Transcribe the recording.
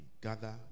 gather